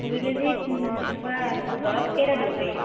দুই কেজিত এনেকুৱা দৰৱ কেইটা দিব পাৰি